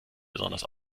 besonders